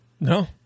No